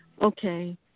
Okay